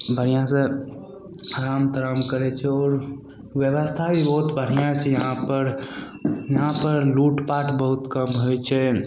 बढ़िआँसँ आराम ताराम करय छै आओर व्यवस्था भी बहुत बढ़िआँ छै इहाँपर लूटपाट बहुत कम होइ छै